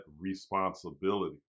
responsibility